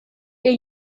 ihr